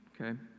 Okay